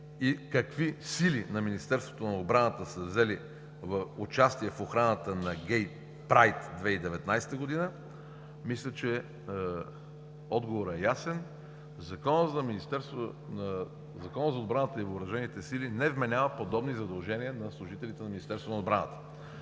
и какви сили на Министерството на отбраната са взели участие в охраната на Гей Прайд 2019 г., мисля, че отговорът е ясен. Законът за отбрана при въоръжените сили не вменява подобни задължения на служителите на Министерството на отбраната.